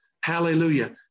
Hallelujah